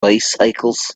bicycles